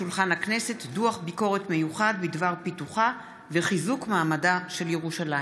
דוח ביקורת מיוחד בדבר פיתוחה וחיזוק מעמדה של ירושלים.